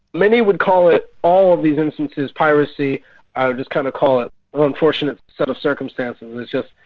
many would call it all of these incidences piracy i just kind of call it an unfortunate set of circumstances, and it's just